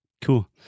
Cool